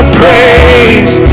praise